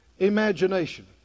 Imagination